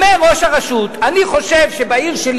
אומר ראש הרשות: אני חושב שבעיר שלי,